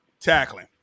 tackling